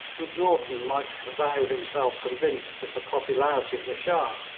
macnaghten might avow himself convinced of the popularity of the shah,